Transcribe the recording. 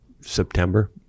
September